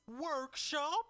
Workshop